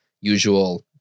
usual